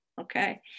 Okay